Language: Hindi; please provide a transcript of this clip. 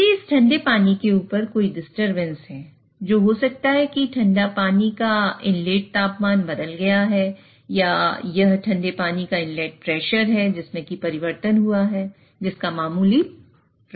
यदि इस ठंडे पानी के ऊपर कोई डिस्टरबेंस है जो हो सकता है कि ठंडा पानी का इनलेट तापमान बदल गया है या यह ठंडे पानी का इनलेट प्रेशर है जिसमें परिवर्तन हुआ है जिसका मामूली प्रभाव है